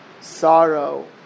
sorrow